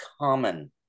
common